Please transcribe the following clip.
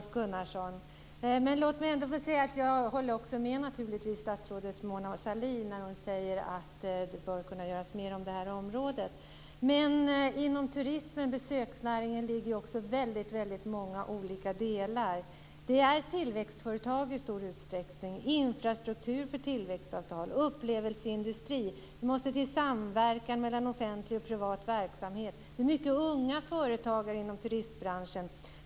Fru talman! Det ser jag fram emot, Rolf Gunnarsson. Låt mig få säga att jag håller med statsrådet Mona Sahlin när hon säger att det bör kunna göras mer på det här området. Men inom turismen och besöksnäringen ligger ju också väldigt många olika delar. Det är tillväxtföretag i stor utsträckning. Det är infrastruktur för tillväxtavtal och upplevelseindustri. Det måste till samverkan mellan offentlig och privat verksamhet. Det är många unga företagare inom turistbranschen.